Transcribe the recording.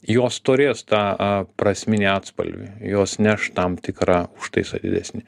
jos turės tą a prasminį atspalvį jos neš tam tikrą užtaisą didesnį